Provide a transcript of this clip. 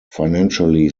financially